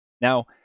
Now